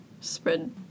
spread